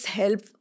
help